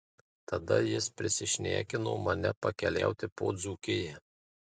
tada jis prisišnekino mane pakeliauti po dzūkiją